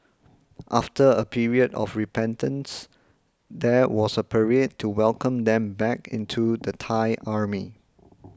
after a period of repentance there was a parade to welcome them back into the Thai Army